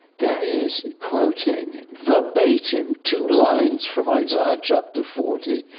there he is quoting, verbatim, two lines from isaiah, chapter forty,